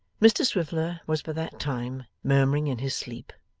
mr swiveller was by that time murmuring in his sleep,